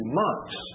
months